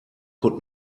could